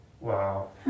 Wow